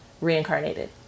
reincarnated